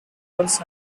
hotels